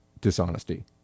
dishonesty